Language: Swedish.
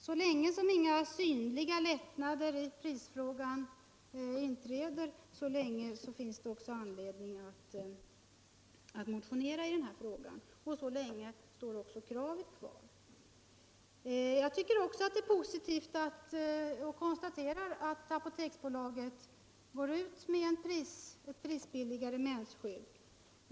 Så länge som inga synliga lättnader i prisfrågan inträder, så länge finns det också anledning att motionera i denna fråga och så länge står även kravet kvar. Jag tycker också att det är positivt att Apoteksbolaget går ut med ett prisbilligare mensskydd.